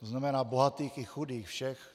To znamená bohatých i chudých, všech.